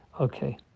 Okay